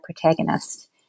protagonist